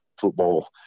football